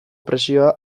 presioa